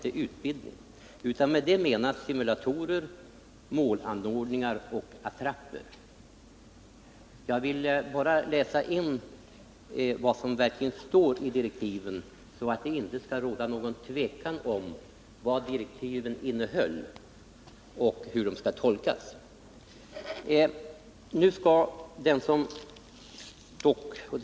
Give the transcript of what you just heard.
Med utbildningsanordningar menas simulatorer, målanordningar och attrapper. Jag ville bara läsa in vad som verkligen står i direktiven, så att det inte skall råda något tvivel om vad direktiven innehåller och hur de skall tolkas.